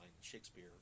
Shakespeare